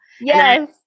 Yes